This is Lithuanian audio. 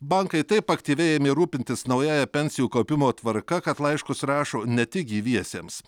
bankai taip aktyviai ėmė rūpintis naująja pensijų kaupimo tvarka kad laiškus rašo ne tik gyviesiems